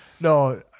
No